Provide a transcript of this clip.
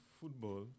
football